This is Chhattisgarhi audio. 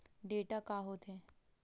डेटा का होथे?